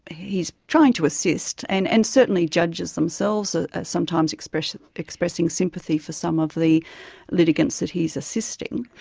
he's trying to assist, and and certainly judges themselves are sometimes expressing expressing sympathy for some of the litigants that he's assisting.